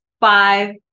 five